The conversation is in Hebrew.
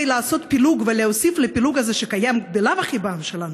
לעשות פילוג ולהוסיף לפילוג הזה שקיים בלאו הכי בעם שלנו,